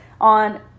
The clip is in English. On